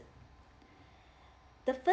the first